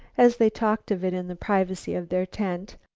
as they talked of it in the privacy of their tent.